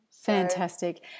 fantastic